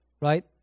right